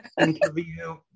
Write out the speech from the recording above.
interview